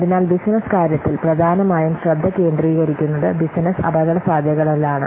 അതിനാൽ ബിസിനസ്സ് കാര്യത്തിൽ പ്രധാനമായും ശ്രദ്ധ കേന്ദ്രീകരിക്കുന്നത് ബിസിനസ്സ് അപകടസാധ്യതകളിലാണ്